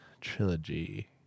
Trilogy